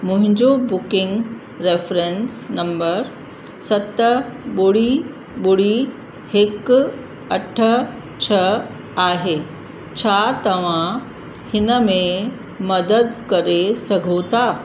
मुंहिंजो booking reference number सत ॿुड़ी ॿुड़ी हिकु अठ छह आहे छा तव्हां हिन में मदद करे सघो था